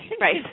Right